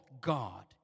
God